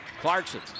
Clarkson